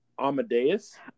amadeus